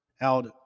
out